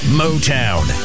motown